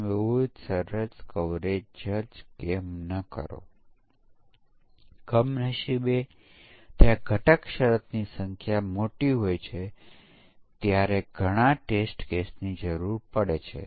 તેથી એકવાર આને અનુરૂપ સમાનતા વર્ગો થઈ ગયા પછી આપણી પાસે આ મૂલ્યો છે